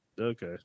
Okay